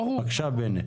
בבקשה בני.